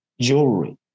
jewelry